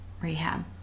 rehab